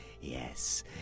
yes